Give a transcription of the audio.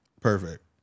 Perfect